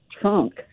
trunk